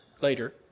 later